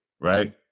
Right